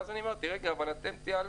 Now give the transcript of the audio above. ואז אני אומר להם: רגע, אבל אתם תיעלמו.